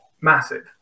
massive